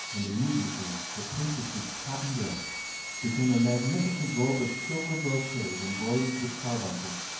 and immediately the princess's cotton dress became a magnificent robe of silver brocade embroidered with carbuncles,